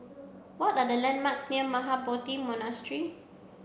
what are the landmarks near Mahabodhi Monastery